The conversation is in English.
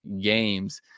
games